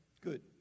good